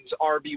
RB